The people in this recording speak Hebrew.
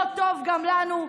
לא טוב גם לנו?